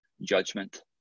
judgment